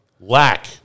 Lack